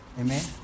Amen